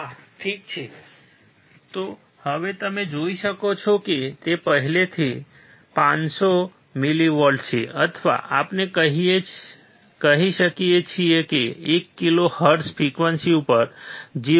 હા ઠીક છે તો હવે તમે જોઈ શકો છો કે તે પહેલેથી જ 500 મિલીવોલ્ટ છે અથવા આપણે કહી શકીએ કે 1 કિલો હર્ટ્ઝ ફ્રિક્વન્સી ઉપર 0